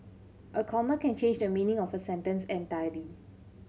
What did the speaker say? a comma can change the meaning of a sentence entirely